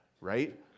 right